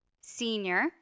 senior